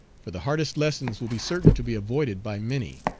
for the hardest lessons will be certain to be avoided by many.